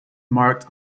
marked